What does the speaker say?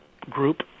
group